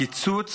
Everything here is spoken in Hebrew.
הקיצוץ